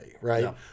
right